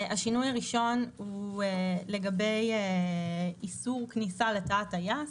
השינוי הראשון הוא לגבי איסור כניסה לתא הטייס.